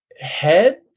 head